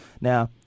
Now